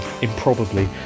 improbably